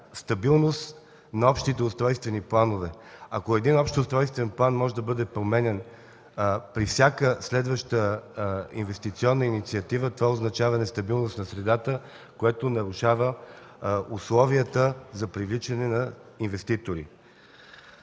стабилност на общите устройствени планове. Ако един общ устройствен план може да бъде променян при всяка следваща инвестиционна инициатива, това означава нестабилност на средата, което нарушава условията за привличане на инвеститори.